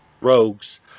rogues